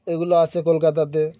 এগুলো আছে কলকাতাতে